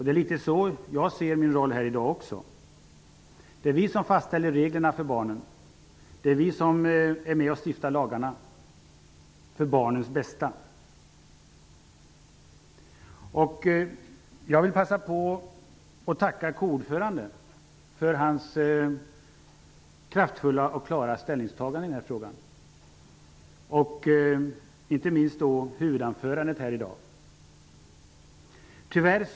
Det är så jag ser min roll här i dag. Det är vi som fastställer reglerna för barnen. Det är vi som är med och stiftar lagarna för barnens bästa. Jag vill passa på att tacka KU-ordföranden för hans kraftfulla och klara ställningstagande i denna fråga. Inte minst hans huvudanförande här i dag visade på det.